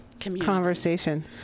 conversation